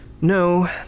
No